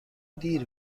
دیر